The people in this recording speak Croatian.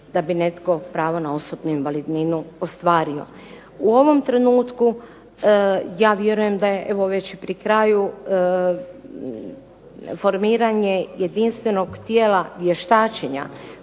da bi netko pravo na osobnu invalidninu ostvario. U ovom trenutku ja vjerujem da je evo već pri kraju formiranje jedinstvenog tijela vještačenja.